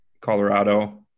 Colorado